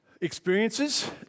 experiences